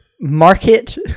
market